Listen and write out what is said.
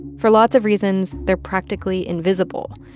for lots of reasons, they're practically invisible.